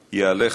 ילדים,